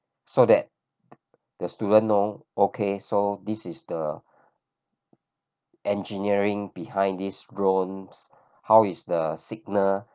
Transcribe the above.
so that the student know okay so this is the engineering behind this drone how is the signal